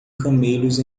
camelos